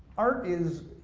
art is,